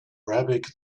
arabic